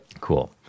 Cool